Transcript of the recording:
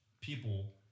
people